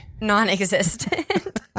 non-existent